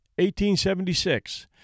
1876